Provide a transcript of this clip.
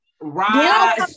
Right